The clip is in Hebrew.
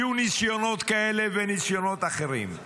יהיו ניסיונות כאלה וניסיונות אחרים;